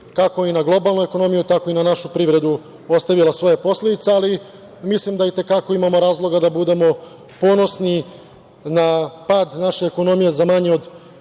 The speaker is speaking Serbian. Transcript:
kako i na globalnu ekonomiju tako i na našu privredu ostavila posledice, ali mislim da i te kako imamo razloga da budemo ponosni na pad naše ekonomije za manje